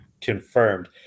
confirmed